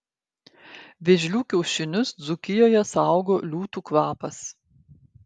vėžlių kiaušinius dzūkijoje saugo liūtų kvapas